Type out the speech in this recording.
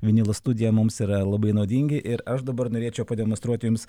vinilo studija mums yra labai naudingi ir aš dabar norėčiau pademonstruoti jums